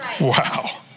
wow